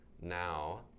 now